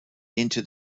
into